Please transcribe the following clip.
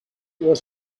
was